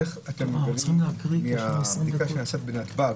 איך אתם מהבדיקה שנעשית בנתב"ג,